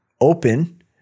open